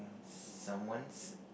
someone's